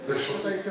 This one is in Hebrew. ברשותו, אני יכול.